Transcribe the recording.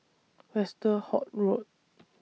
Westerhout Road